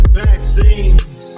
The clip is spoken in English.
vaccines